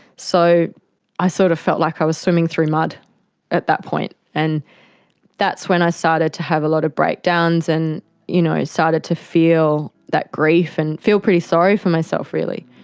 so i sort of felt like i was swimming through mud at that point. and that's when i started to have a lot of breakdowns and you know started to feel that grief and feel pretty sorry for myself really.